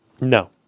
No